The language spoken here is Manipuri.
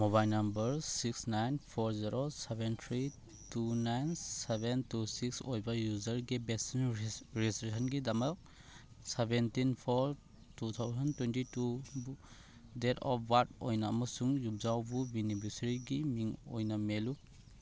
mobile number six nine four zero seven three two nine seven two six ꯑꯣꯏꯕ ꯌꯨꯖꯔꯒꯤ ꯚꯦꯁꯤꯟ ꯔꯦꯖꯤꯁꯇ꯭ꯔꯦꯁꯟꯒꯤꯗꯃꯛ seventeen four two thousand twenty two date of birth ꯑꯣꯏꯅ ꯑꯃꯁꯨꯡ ꯌꯨꯝꯖꯥꯎꯕꯨ ꯕꯤꯅꯤꯐꯤꯁꯔꯤꯒꯤ ꯃꯤꯡ ꯑꯣꯏꯅ ꯃꯦꯜꯂꯨ